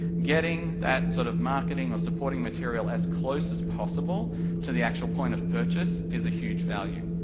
getting that sort of marketing or supporting material as close as possible to the actual point of purchase, is a huge value.